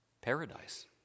paradise